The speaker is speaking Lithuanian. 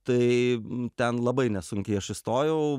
tai ten labai nesunkiai aš įstojau